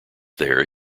there